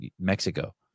Mexico